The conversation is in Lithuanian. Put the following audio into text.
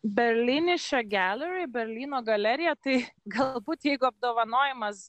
berlyniše geleri berlyno galerija tai galbūt jeigu apdovanojimas